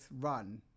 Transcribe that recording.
run